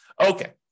Okay